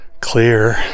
clear